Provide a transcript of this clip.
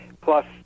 plus